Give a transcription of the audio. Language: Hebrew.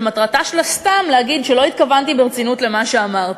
כשמטרת ה"סתם" להגיד שלא התכוונתי ברצינות למה שאמרתי.